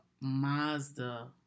Mazda